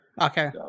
Okay